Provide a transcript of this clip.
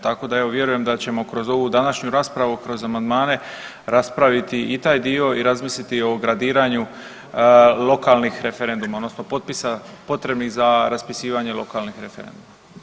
Tako da evo vjerujem da ćemo kroz ovu današnju raspravu, kroz amandmane raspraviti i taj dio i razmisliti o gradiranju lokalnih referenduma odnosno potpisa potrebnih za raspisivanje lokalnih referenduma.